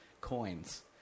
coins